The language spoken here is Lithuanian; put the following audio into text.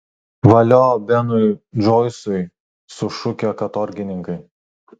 valio benui džoisui sušukę katorgininkai